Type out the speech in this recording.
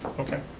okay.